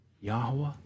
Yahweh